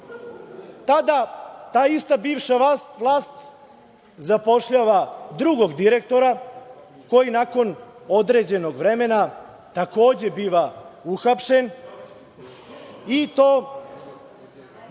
Tada ta ista bivša vlast zapošljava drugog direktora koji nakon određenog vremena takođe biva uhapšen